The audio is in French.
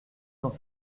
dans